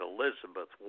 Elizabeth